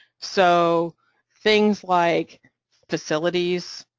so things like facilities,